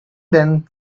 than